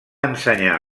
ensenyar